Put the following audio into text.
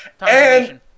and-